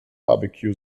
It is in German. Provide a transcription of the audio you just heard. barbecue